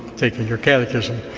take your catechism